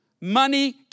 Money